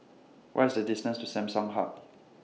What IS The distance to Samsung Hub